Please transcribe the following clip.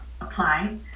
apply